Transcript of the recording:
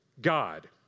God